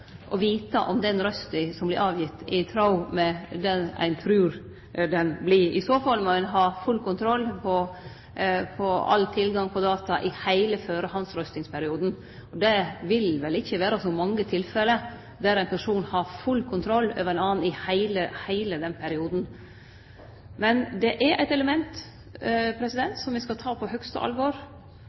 å vite om den røysta som er gitt, er i tråd med det ein trur ho vert. I så fall må ein ha full kontroll med all tilgang på data i heile førehandsrøystingsperioden. Det vil vel ikkje vere så mange tilfelle der ein person har full kontroll over ein annan i heile den perioden. Men det er eit element som me skal ta på høgste alvor.